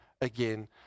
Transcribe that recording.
again